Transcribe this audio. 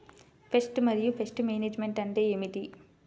Pest మరియు pest management అంటే ఏమిటి?